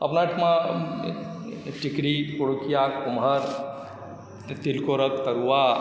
अपना ओहिठाम टिकड़ी पुड़ुकिया कुमहर तिल तिलकोरक तरुआ